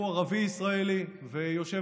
הוא ערבי ישראלי ויושב